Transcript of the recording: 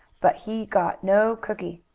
but he got no cookie.